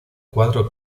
cuadro